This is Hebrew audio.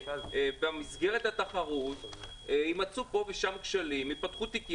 ובהנחה שבמסגרת התחרות יימצאו כשלים וייפתחו תיקים